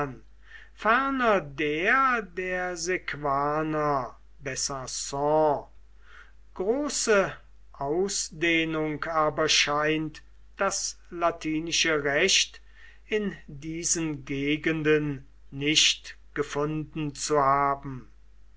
der der sequaner besanon große ausdehnung aber scheint das latinische recht in diesen gegenden nicht gefunden zu haben